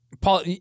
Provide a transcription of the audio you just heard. Paul